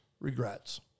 regrets